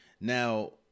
now